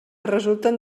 resulten